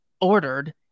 ordered